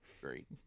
great